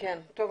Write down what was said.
על כך.